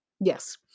Yes